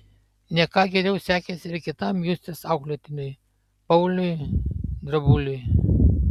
ne ką geriau sekėsi ir kitam justės auklėtiniui pauliui drabuliui